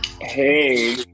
Hey